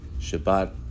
Shabbat